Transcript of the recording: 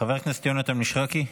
חבר הכנסת יונתן מישרקי.